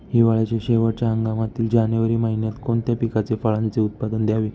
हिवाळ्याच्या शेवटच्या हंगामातील जानेवारी महिन्यात कोणत्या पिकाचे, फळांचे उत्पादन घ्यावे?